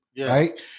right